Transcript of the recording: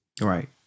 Right